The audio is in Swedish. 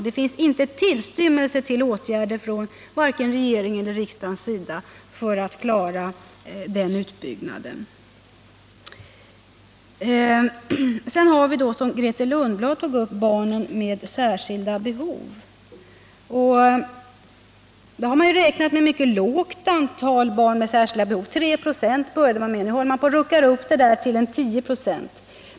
Det finns inte en tillstymmelse till sådana åtgärder från vare sig regeringen eller riksdagen för att klara denna utbyggnad. Grethe Lundblad tog upp frågan om barnen med särskilda behov. Man har från början räknat med en mycket låg andel barn med särskilda behov. Till att börja med utgick man från en andel om 3 96. Nu håller man på att revidera denna beräkning och utgår från en andel om ca 10 96.